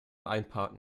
einparken